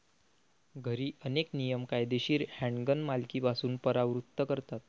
घरी, अनेक नियम कायदेशीर हँडगन मालकीपासून परावृत्त करतात